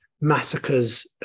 massacres